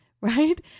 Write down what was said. right